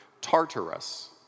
Tartarus